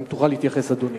האם תוכל להתייחס, אדוני?